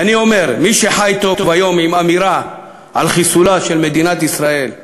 ואני אומר: מי שחי טוב היום עם אמירה על חיסולה של מדינת ישראל,